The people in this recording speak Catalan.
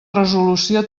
resolució